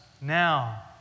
now